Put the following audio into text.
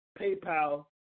PayPal